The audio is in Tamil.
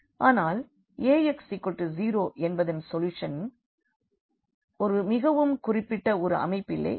ஆனால் Ax0என்பதின் சொல்யூஷன் ஒரு மிகவும் குறிப்பிட்ட ஒரு அமைப்பிலே இருக்கும்